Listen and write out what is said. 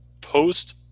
post